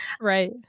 Right